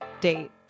date